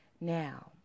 Now